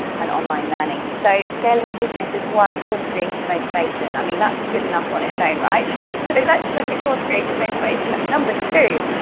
and online learning. so, scaling your business is one course creation motivation. i mean, that's good enough on its own, and right? so let's look at course creation motivation number two,